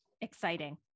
Exciting